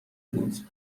بود